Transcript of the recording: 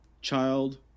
child